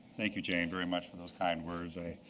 thank you, jane very much for those kind words. i've